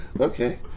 Okay